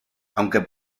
aunque